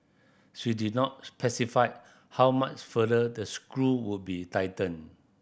she did not specify how much further the screw would be tightened